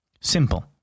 Simple